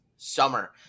summer